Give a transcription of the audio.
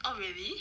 oh really